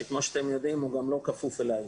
שכמו שאתם יודעים לא כפוף אלי,